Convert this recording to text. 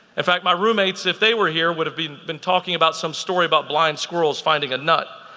in fact my roommates if they were here would have been been talking about some story about blind squirrels finding a nut.